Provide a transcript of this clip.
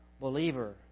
believer